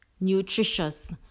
nutritious